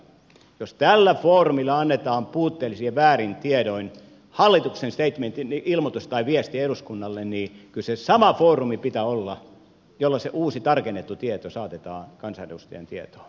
jos tällä foorumilla annetaan puutteellisin ja väärin tiedoin hallituksen segmentin ilmoitus tai viesti eduskunnalle niin kyllä sen pitää olla sama foorumi jolla se uusi tarkennettu tieto saatetaan kansanedustajien tietoon